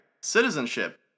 citizenship